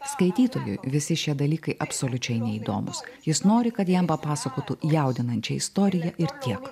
skaitytojui visi šie dalykai absoliučiai neįdomūs jis nori kad jam papasakotų jaudinančią istoriją ir tiek